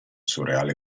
surreale